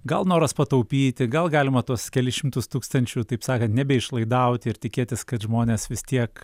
gal noras pataupyti gal galima tuos kelis šimtus tūkstančių taip sakant nebeišlaidauti ir tikėtis kad žmonės vis tiek